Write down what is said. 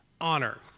honor